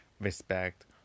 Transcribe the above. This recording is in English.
respect